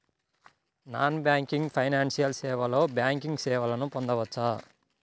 Non banking financial సేవలో banking సేవలను పొందవచ్చా?